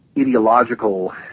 ideological